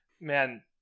Man